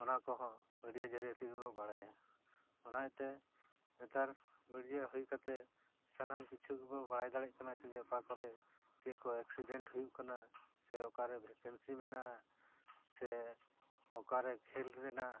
ᱚᱱᱟ ᱠᱚᱦᱚᱸ ᱢᱤᱰᱤᱭᱟ ᱡᱟᱹᱨᱤᱭᱟᱹ ᱛᱮᱜᱮ ᱵᱚ ᱵᱟᱲᱟᱭᱟ ᱚᱱᱟᱛᱮ ᱱᱮᱛᱟᱨ ᱢᱤᱰᱤᱭᱟ ᱦᱩᱭ ᱠᱟᱛᱮ ᱥᱟᱱᱟᱢ ᱠᱤᱪᱷᱩ ᱜᱮᱵᱚ ᱵᱟᱲᱟᱭ ᱫᱟᱲᱮᱭᱟᱜ ᱠᱟᱱᱟ ᱪᱮᱫ ᱚᱠᱟ ᱠᱚᱨᱮ ᱪᱮᱫ ᱠᱚ ᱮᱠᱥᱤᱰᱮᱱᱴ ᱦᱩᱭᱩᱜ ᱠᱟᱱᱟ ᱥᱮ ᱚᱠᱟᱨᱮ ᱵᱷᱮᱠᱮᱱᱥᱤ ᱢᱮᱱᱟᱜᱼᱟ ᱥᱮ ᱚᱠᱟᱨᱮ ᱠᱷᱮᱞ ᱨᱮᱱᱟᱜ